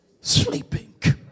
sleeping